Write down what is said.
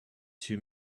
two